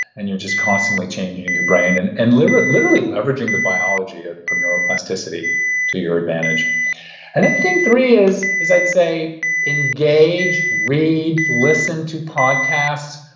and you're just just constantly changing and your brain and and literally literally leveraging the biology of um neuroplasticity to your advantage. and then thing three is is i'd say engage, read, listen to podcasts,